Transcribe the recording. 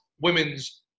women's